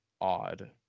odd